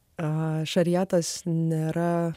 a šariatas nėra